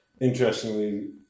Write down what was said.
interestingly